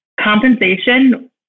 compensation